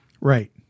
Right